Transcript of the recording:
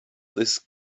this